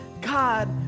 God